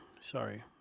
Sorry